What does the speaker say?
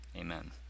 amen